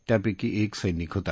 त्यापैकी एक सैनिक होता